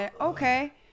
okay